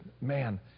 man